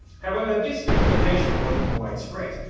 however, this implementation wasn't wide-spread.